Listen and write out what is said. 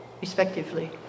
respectively